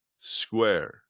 square